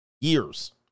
years